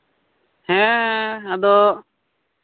ᱦᱮᱸ ᱟᱫᱚ